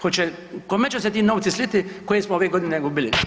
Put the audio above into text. Hoće, kome će se ti novci sliti koje smo ove godine gubili?